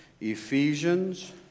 Ephesians